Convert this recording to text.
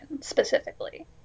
specifically